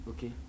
Okay